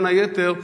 בין היתר,